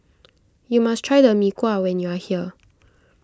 you must try the Mee Kuah when you are here